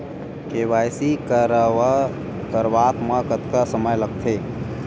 KYC करवात म कतका समय लगथे?